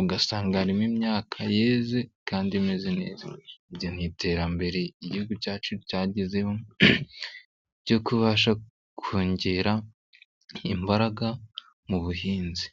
ugasanga harimo imyaka yeze kandi imeze neza, iryo n'iterambere igihugu cyacu cyagezeho cyo kubasha kongera imbaraga mu buhinzi.